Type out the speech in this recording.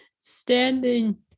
standing